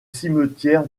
cimetière